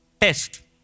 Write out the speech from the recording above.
test